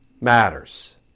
matters